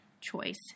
choice